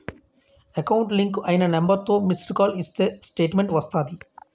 account link అయిన నెంబర్తో missed call ఇస్తే స్టేట్మెంటు వస్తాది